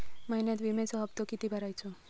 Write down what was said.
महिन्यात विम्याचो हप्तो किती भरायचो?